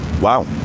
Wow